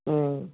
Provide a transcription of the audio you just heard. ம்